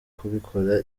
kubikora